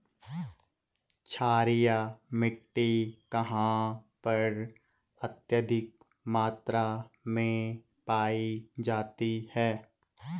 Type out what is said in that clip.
क्षारीय मिट्टी कहां पर अत्यधिक मात्रा में पाई जाती है?